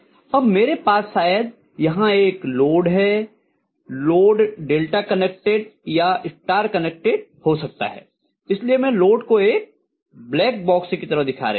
अब मेरे पास शायद यहाँ एक लोड है लोड डेल्टा कनेक्टेड या स्टार कनेक्टेड हो सकता है इसलिए मैं लोड को एक ब्लैक बॉक्स की तरह दिखा रही हूँ